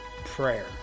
Prayer